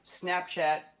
Snapchat